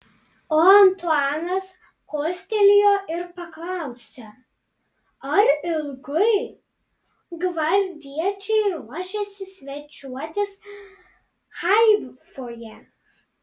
o antuanas kostelėjo ir paklausė ar ilgai gvardiečiai ruošiasi svečiuotis haifoje